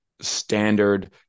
standard